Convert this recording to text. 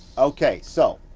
okay so,